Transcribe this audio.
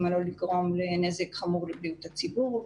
עלול לגרום נזק חמור לבריאות הציבור.